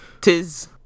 Tis